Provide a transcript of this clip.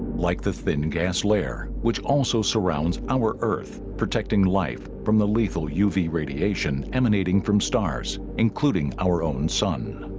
like the thin gas layer which also surrounds our earth protecting life from the lethal uv radiation emanating from stars including our own sun?